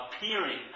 appearing